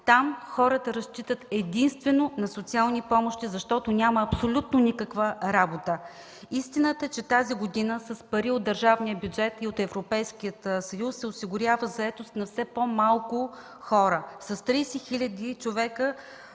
Там хората разчитат единствено на социални помощи, защото няма абсолютно никаква работа. Истината е, че тази година с пари от държавния бюджет и от Европейския съюз се осигурява заетост на все по-малко хора. С 30 хиляди човека